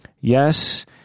Yes